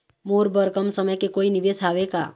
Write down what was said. मोर बर कम समय के कोई निवेश हावे का?